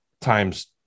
times